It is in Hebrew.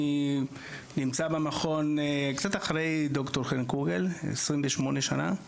אני נמצא במכון, קצת אחרי ד"ר חן קוגל, 28 שנה.